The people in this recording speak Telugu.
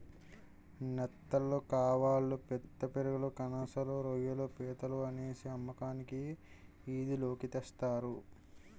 నెత్తళ్లు కవాళ్ళు పిత్తపరిగెలు కనసలు రోయ్యిలు పీతలు అనేసి అమ్మకానికి ఈది లోకి తెస్తారు